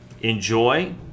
Enjoy